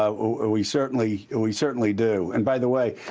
ah we certainly we certainly do. and by the way,